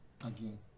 again